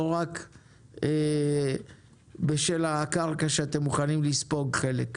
לא רק בשל הקרקע שאתם מוכנים לספוג את חלקה.